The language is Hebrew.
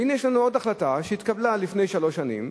והנה, יש לנו עוד החלטה שהתקבלה לפני שלוש שנים,